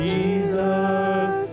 Jesus